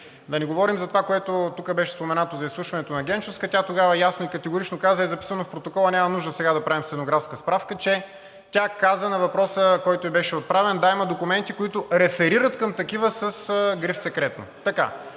Да не говорим за това, което тук беше споменато, за изслушването на Генчовска. Тя тогава ясно и категорично каза и е записано в протокола – няма нужда сега да правим стенографска справка, на въпроса, който ѝ беше отправен: „Да, има документи, които реферират към такива с гриф „Секретно“.“